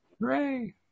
Hooray